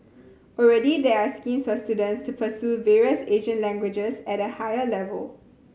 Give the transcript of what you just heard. already there are schemes for students to pursue various Asian languages at a higher level